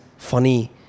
...funny